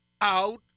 out